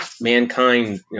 mankind